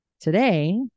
Today